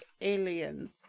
aliens